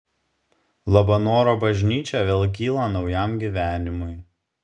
labanoro bažnyčia vėl kyla naujam gyvenimui